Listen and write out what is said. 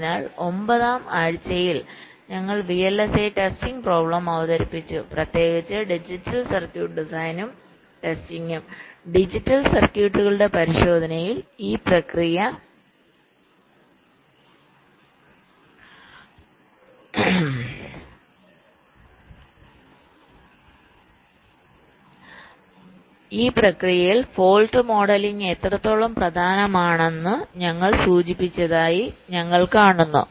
അതിനാൽ 9 ആഴ്ചയിൽ ഞങ്ങൾ വിഎൽഎസ്ഐ ടെസ്റ്റിംഗ് പ്രോബ്ലം അവതരിപ്പിച്ചു പ്രത്യേകിച്ച് ഡിജിറ്റൽ സർക്യൂട്ട് ഡിസൈനും ടെസ്റ്റിംഗും ഡിജിറ്റൽ സർക്യൂട്ടുകളുടെ പരിശോധനയിൽ ഈ പ്രക്രിയയിൽ ഫോൾട് മോഡലിംഗ് എത്രത്തോളം പ്രധാനമാണെന്ന് ഞങ്ങൾ സൂചിപ്പിച്ചതായി ഞങ്ങൾ കാണുന്നു